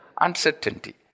uncertainty